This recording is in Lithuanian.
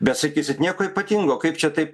bet sakysit nieko ypatingo kaip čia taip